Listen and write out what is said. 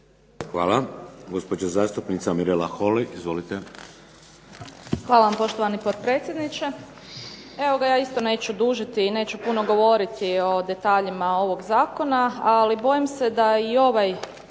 Hvala. Gospođa zastupnica Mirela Holy. Izvolite. **Holy, Mirela (SDP)** Hvala vam poštovani potpredsjedniče. Evo ga, ja isto neću dužiti i neću puno govoriti o detaljima ovog zakona, ali bojim se da i ovaj